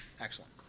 Excellent